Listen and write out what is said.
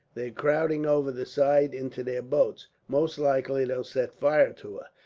they're crowding over the side into their boats. most likely they'll set fire to her.